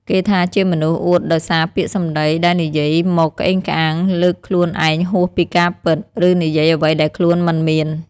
គេថាជាមនុស្សអួតដោយសារពាក្យសម្ដីដែលនិយាយមកក្អេងក្អាង លើកខ្លួនឯងហួសពីការពិត ឬនិយាយអ្វីដែលខ្លួនមិនមាន។